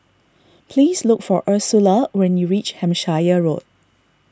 please look for Ursula when you reach Hampshire Road